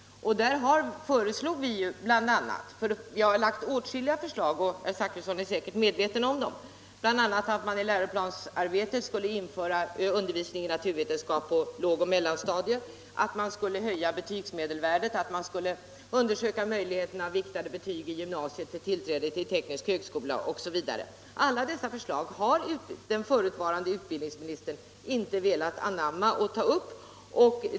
På den punkten har vi för vår del framlagt åtskilliga förslag, och herr Zachrisson är säkert medveten om dem. BIl. a. har vi föreslagit att man i läroplanernå skulle införa undervisning i naturvetenskap på lågoch mellanstadiet, att man skulle höja betygsmedelvärdet, att man skulle undersöka möjligheterna till s.k. viktade betyg i gymnasiet för tillträde till teknisk högskola osv. Dessa förslag har den förutvarande utbildningsministern inte velat ta upp.